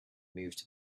moved